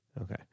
Okay